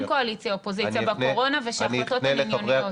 קואליציה-אופוזיציה בקורונה ושההחלטות הן ענייניות.